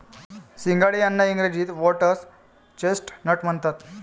सिंघाडे यांना इंग्रजीत व्होटर्स चेस्टनट म्हणतात